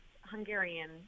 Hungarian